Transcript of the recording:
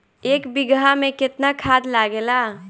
एक बिगहा में केतना खाद लागेला?